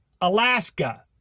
Alaska